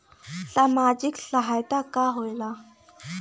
सामाजिक सहायता का होला?